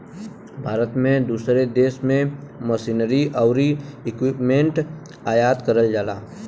भारत में दूसरे देश से मशीनरी आउर इक्विपमेंट आयात करल जाला